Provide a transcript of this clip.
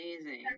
Amazing